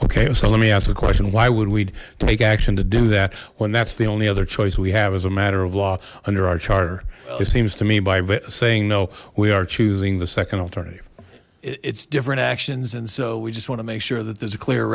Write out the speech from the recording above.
okay so let me ask the question why would we take action to do that when that's the only other choice we have as a matter of law under our charter it seems to me by saying no we are choosing the second alternative it's different actions and so we just want to make sure that there's a clear